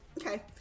Okay